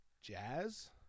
jazz